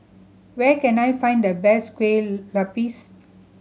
where can I find the best kueh lupis